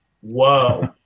Whoa